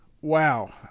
Wow